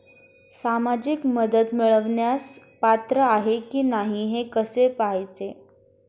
सामाजिक मदत मिळवण्यास पात्र आहे की नाही हे कसे पाहायचे?